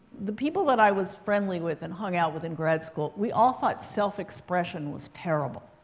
the people that i was friendly with and hung out with in grad school, we all thought self-expression was terrible.